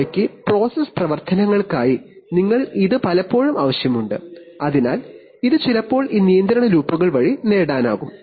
അവയ്ക്ക് പ്രോസസ്സ് പ്രവർത്തനങ്ങൾക്കായി നിങ്ങൾക്ക് ഇത് പലപ്പോഴും ആവശ്യമുണ്ട് അതിനാൽ ഇത് ചിലപ്പോൾ ഈ നിയന്ത്രണ ലൂപ്പുകൾ വഴി നേടാനാകും